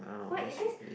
what is it